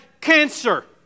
cancer